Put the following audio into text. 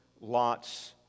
Lot's